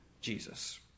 Jesus